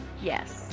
Yes